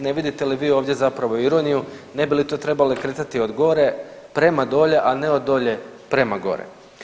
Ne vidite li vi ovdje zapravo ironiju ne bi li to trebalo kretati od gore prema dolje, a ne od dolje prema gore.